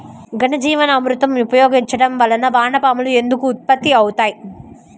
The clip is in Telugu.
ఘనజీవామృతం ఉపయోగించటం వలన వాన పాములు ఎందుకు ఉత్పత్తి అవుతాయి?